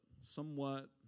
somewhat